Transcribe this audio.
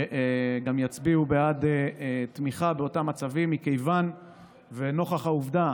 וגם יצביעו בעד תמיכה באותם הצווים, נוכח העובדה